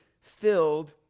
filled